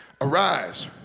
Arise